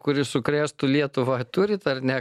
kuri sukrėstų lietuvą turit ar ne